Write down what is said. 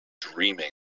dreaming